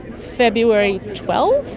february twelfth.